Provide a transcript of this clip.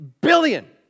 billion